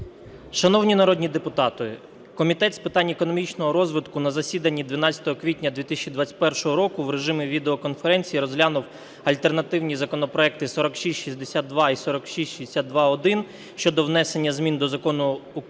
Шановні народні депутати! Комітет з питань економічного розвитку на засіданні 12 квітня 2021 року в режимі відеоконференції розглянув альтернативні законопроекти 4662 і 4662-1 щодо внесення змін до Закону "Про